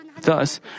Thus